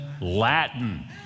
Latin